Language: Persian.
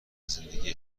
زندگی